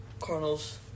Cardinals